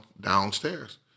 downstairs